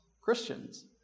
Christians